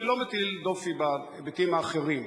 אני לא מטיל דופי בהיבטים האחרים.